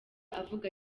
avuga